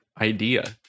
idea